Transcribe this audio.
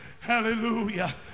Hallelujah